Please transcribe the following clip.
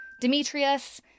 Demetrius